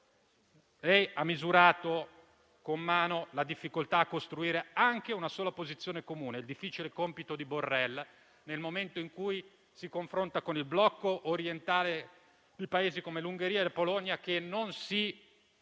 Lei ha misurato con mano la difficoltà di costruire anche una sola posizione comune: il difficile compito di Borrell, nel momento in cui si confronta con il blocco orientale di Paesi come l'Ungheria e la Polonia, che non si